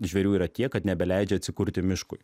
žvėrių yra tiek kad nebeleidžia atsikurti miškui